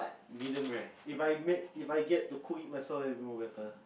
medium rare If I made If I get to cook it myself then it's more better